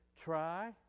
try